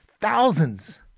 Thousands